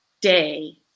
day